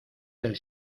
del